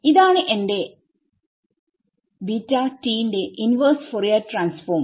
ഇതാണ് എന്റെ ന്റെ ഇൻവെർസ് ഫോറിയർ ട്രാൻസ്ഫോം